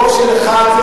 ברוב של אחד,